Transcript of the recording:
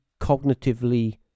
cognitively